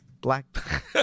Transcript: black